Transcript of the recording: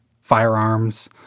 firearms